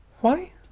Why